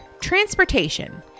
transportation